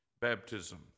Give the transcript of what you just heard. baptism